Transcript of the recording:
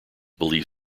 believe